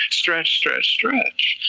stretch, stretch, stretch,